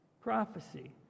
prophecy